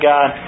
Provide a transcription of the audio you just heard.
God